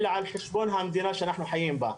אלא על חשבון המדינה שאנחנו חיים בה.